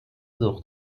دوخت